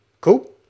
cool